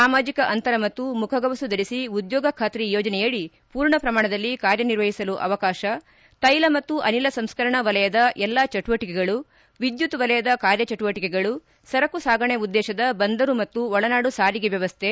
ಸಾಮಾಜಿಕ ಅಂತರ ಮತ್ತು ಮುಖ ಗವಸು ಧರಿಸಿ ಉದ್ದೋಗ ಖಾತ್ರಿ ಯೋಜನೆಯಡಿ ಪೂರ್ಣ ಪ್ರಮಾಣದಲ್ಲಿ ಕಾರ್ಯನಿರ್ವಹಿಸಲು ಅವಕಾಶ ತೈಲ ಮತ್ತು ಅನಿಲ ಸಂಸ್ಕರಣ ವಲಯದ ಎಲ್ಲಾ ಚಟುವಟಿಕೆಗಳು ವಿದ್ದುತ್ ವಲಯದ ಕಾರ್ಯಚಟುವಟಿಕೆಗಳು ಸರಕು ಸಾಗಾಣೆ ಉದ್ಗೇತದ ಬಂದರು ಮತ್ತು ಒಳನಾಡು ಸಾರಿಗೆ ವ್ಯವಸ್ಥೆ